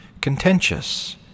contentious